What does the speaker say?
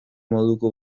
moduko